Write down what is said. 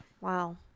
Wow